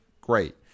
Great